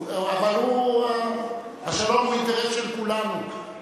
אבל השלום הוא האינטרס של כולנו,